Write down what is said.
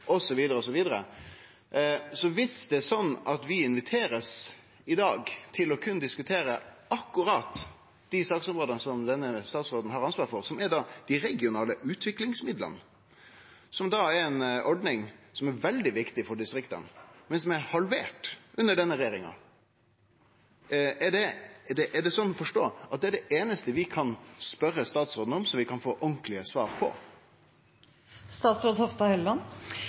det sånn at vi i dag blir inviterte til berre å diskutere akkurat dei saksområda som denne statsråden har ansvaret for, som da er dei regionale utviklingsmidlane, som er ei ordning som er veldig viktig for distrikta, men som er halvert under denne regjeringa? Er det sånn å forstå at det er det einaste vi kan spørje statsråden om som vi kan få ordentlege svar